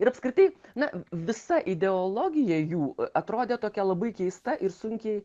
ir apskritai na visa ideologija jų atrodė tokia labai keista ir sunkiai